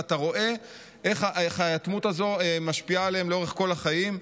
ואתה רואה איך היתמות הזו משפיעה עליהם לאורך כל החיים.